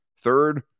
third